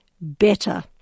better